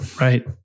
right